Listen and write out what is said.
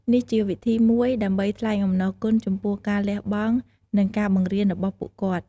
នេះជាវិធីមួយដើម្បីថ្លែងអំណរគុណចំពោះការលះបង់ និងការបង្រៀនរបស់ពួកគាត់។